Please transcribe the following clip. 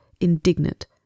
indignant